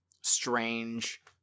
Strange